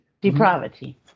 depravity